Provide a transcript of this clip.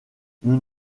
nous